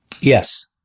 Yes